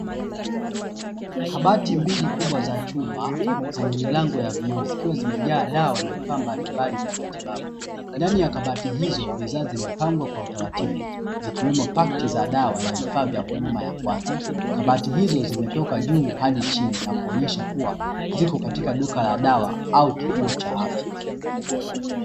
Kabati mbili kubwa za chuma zenye milango ya vyoo zikiwa zimejaa dawa na vifaa mbalimbali vya matibabu, ndani ya kabati hizo bidhaa zimepangwa kwa utaratibu zikiwemo pakti za dawa na vifaa vya huduma ya kwanza. Kabati hizo zimetoka juu hadi chini na kuonyesha kuwa, ziko katika duka la dawa au kituo cha afya.